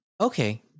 okay